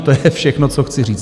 To je všechno, co chci říct.